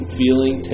feeling